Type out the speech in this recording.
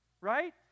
right